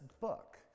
book